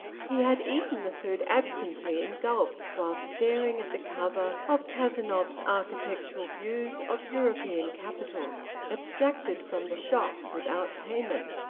he had eaten the food absently in gulps while staring at the cover of cazenove's architectural views of european capitals, abstracted from the shop without payment.